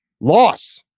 loss